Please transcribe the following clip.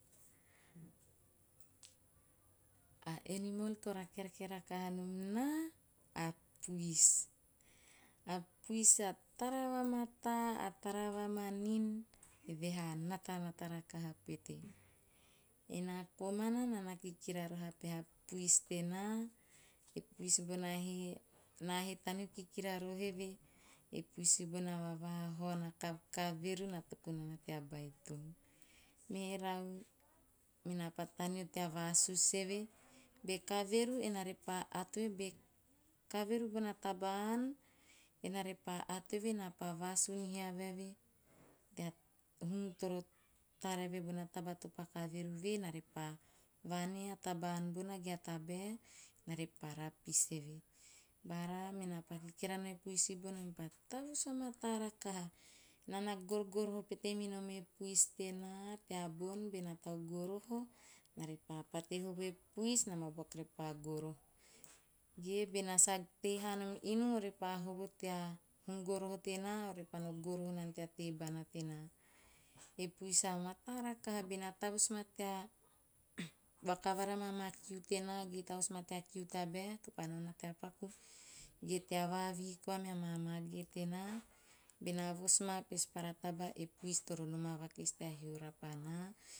A animal to rakerake rakaha nom naa, a puis. A puis a tara vamataa, a tara va manin, eve he a natanata rakaha pete. Ena komana, naa na kikira roho a peha puis tenaa, e puis bona hee, naa hee taneo kikira roho eve, e puis bona a vavahahaon, a kavekaveru, na tokunana tea baitono. Merau, menaa pa taneo tea vasusu eve. Be kaveru, naa repa ato eve, be kaveru bona to ann, enaa repa ato eve naa pa vasun hiava eve, tea hum toro tara eve bona taba topaa kaveru vue, na repa vane a taba ann bona, ge a tabae enaa pa rapis eve. Bara menaa pa kikira naa e puisi bona me pa tavus vamataa rakaha. Naa na gor`goroho pete minom e puis tenaa teabon, bena tau goroho, naa pa pate hovo e puis nam a buaku repa goroho. Ge, bena sa tei haa nom inu ore pa hovo tea hum goroho tenaa repa no goroho nana tea hum tebana tenaa. E puis a mataa rakaha, benaa tavus ma tea vakavara ma maa kiu tenaa ge, tavus maa tea kiu tabae to pa nao naa tea paku, ge tea vavihi koa mea maa mage tenaa, be naa vos maa, a pespara taba a puis toro noma vakis tea hio rapa naa